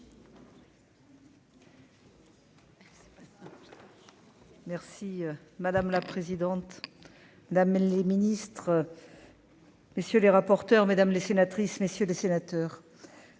Merci madame la présidente d'Amel les ministres. Messieurs les rapporteurs mesdames les sénatrices, messieurs les sénateurs,